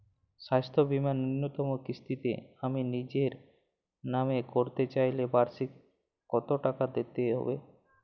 স্বাস্থ্য বীমার ন্যুনতম কিস্তিতে আমি নিজের নামে করতে চাইলে বার্ষিক কত টাকা দিতে হবে?